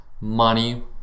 money